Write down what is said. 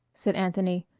said anthony,